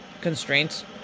constraints